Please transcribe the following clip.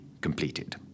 completed